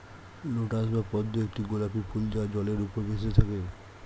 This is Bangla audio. লোটাস বা পদ্ম একটি গোলাপী ফুল যা জলের উপর ভেসে থাকে